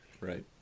Right